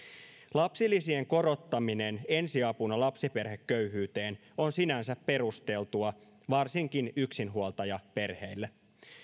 lapsilisien korottaminen ensiapuna lapsiperheköyhyyteen on sinänsä perusteltua varsinkin yksinhuoltajaperheille